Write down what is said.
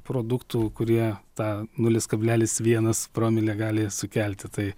produktų kurie tą nulis kablelis vieną promilę gali sukelti tai